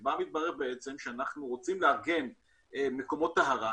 שבה הסתבר שכשאנחנו רוצים לעגן מקומות טהרה,